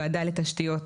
ועדה לתשתיות,